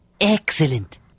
Excellent